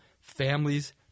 families